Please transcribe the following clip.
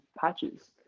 patches